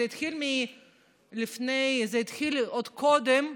זה התחיל עוד קודם,